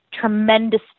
tremendous